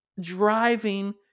driving